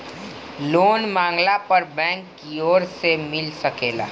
loan मांगला पर bank कियोर से मिल सकेला